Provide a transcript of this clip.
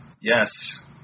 Yes